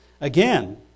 Again